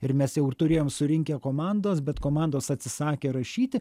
ir mes jau ir turėjom surinkę komandos bet komandos atsisakė rašyti